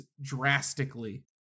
drastically